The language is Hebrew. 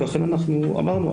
ואכן אנחנו אמרנו,